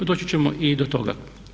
Doći ćemo i do toga.